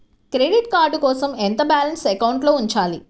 Credit card కోసం ఎంత balance అకౌంట్లో ఉంచాలి?